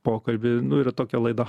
pokalbį nu yra tokia laida